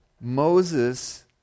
Moses